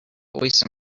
voice